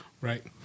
Right